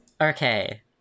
Okay